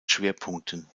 schwerpunkten